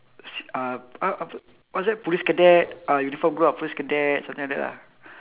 s~ uh a~ apa what is that police cadet ah uniform group ah police cadet something like that lah